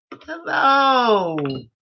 Hello